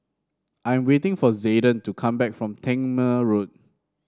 I'm waiting for Zayden to come back from Tangmere Road